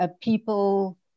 people